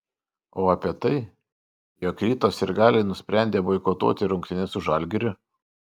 o apie tai jog ryto sirgaliai nusprendė boikotuoti rungtynes su žalgiriu